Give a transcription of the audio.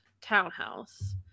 townhouse